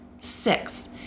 Six